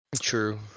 true